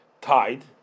tied